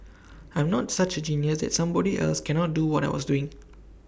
I'm not such A genius that somebody else cannot do what I was doing